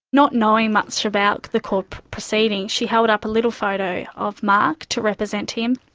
not knowing much about the court proceedings, she held up a little photo of mark to represent him.